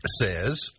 says